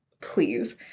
please